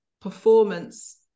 performance